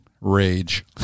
rage